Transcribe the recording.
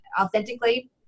authentically